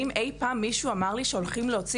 האם אי פעם מישהו אמר לי שהולכים להוציא